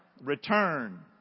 return